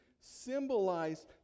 symbolize